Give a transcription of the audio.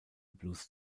blues